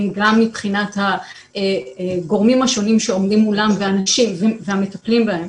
גם מבחינת הגורמים השונים שעומדים מולם והמטפלים בהם,